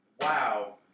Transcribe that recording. Wow